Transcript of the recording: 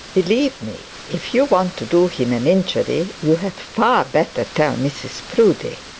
believe me, if you want to do him an injury, you had far better tell mrs proudie.